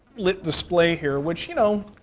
lit display here, which, you know,